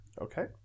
Okay